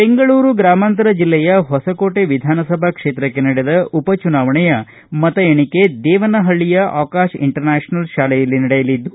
ಬೆಂಗಳೂರು ಗ್ರಾಮಾಂತರ ಜಿಲ್ಲೆಯ ಹೊಸಕೋಟೆ ವಿಧಾನಸಭಾ ಕ್ಷೇತ್ರಕ್ಕೆ ನಡೆದ ಉಪ ಚುನಾವಣೆಯ ಮತ ಎಣಿಕೆ ದೇವನಹಳ್ಳಯ ಆಕಾಶ್ ಇಂಟರ್ ನ್ಯಾಪನಲ್ ಶಾಲೆಯಲ್ಲಿ ನಡೆಯಲಿದ್ದು